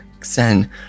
Xen